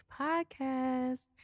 podcast